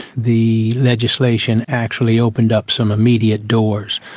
the legislation actually opened up some immediate doors.